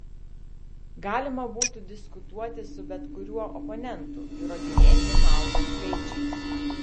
galima būtų diskutuoti su bet kuriuo oponentu įrodinėti naudą skaičiais